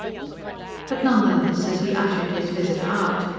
but none the less as he ushered his visitor out,